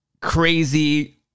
crazy